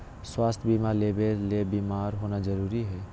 स्वास्थ्य बीमा लेबे ले बीमार होना जरूरी हय?